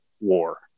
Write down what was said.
war